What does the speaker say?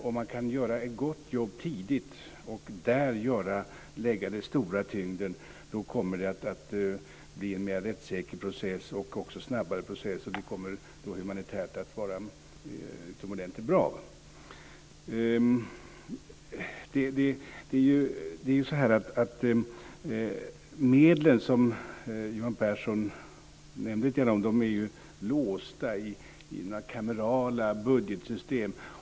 Om man kan göra ett gott jobb tidigt och lägga den stora tyngden där kommer det att bli en mer rättssäker process och också en snabbare process. Det kommer då att vara utomordentligt bra med tanke på det humanitära. De medel som Johan Pehrson nämnde är ju låsta i kamerala budgetsystem.